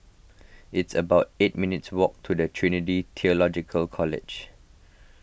it's about eight minutes' walk to Trinity theological College